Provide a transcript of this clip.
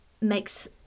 makes